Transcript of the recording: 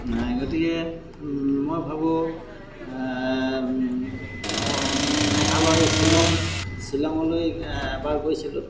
নাই গতিকে মই ভাবোঁ মেঘালয় শ্বিলং শ্বিলঙলৈ এবাৰ গৈছিলোঁ